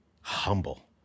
Humble